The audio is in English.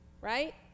Right